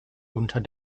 unter